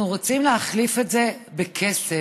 אנחנו רוצים להחליף את זה בכסף.